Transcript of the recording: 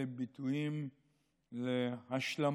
אלה ביטויים להשלמה,